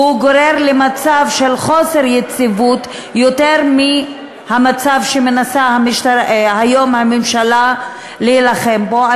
והוא גורר למצב של חוסר יציבות יותר מהמצב שמנסה היום הממשלה להילחם בו.